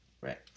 right